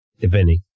depending